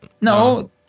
No